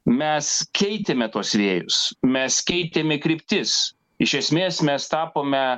mes keitėme tuos vėjus mes keitėme kryptis iš esmės mes tapome